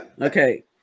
Okay